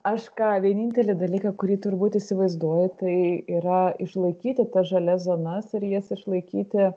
aš ką vienintelį dalyką kurį turbūt įsivaizduoju tai yra išlaikyti tas žalias zonas ir jas išlaikyti